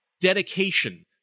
dedication